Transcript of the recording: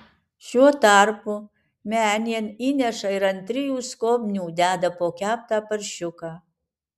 šiuo tarpu menėn įneša ir ant trijų skobnių deda po keptą paršiuką